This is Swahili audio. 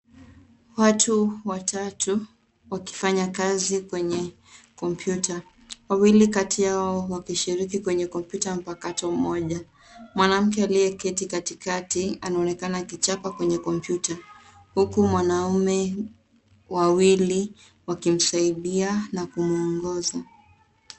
Watu watatu wakifanya kazi kwenye kompyuta, wawili kati yao wakishiriki kwenye kompyuta mpakato moja. Mwanamke aliyeketi katikati anaoekana akichapa kwenye kompyuta huku wanaume wawili wakimsaidia na kumwongoza.